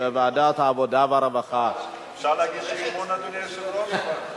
לוועדת העבודה, הרווחה והבריאות נתקבלה.